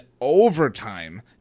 overtime